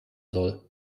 soll